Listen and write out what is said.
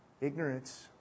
Ignorance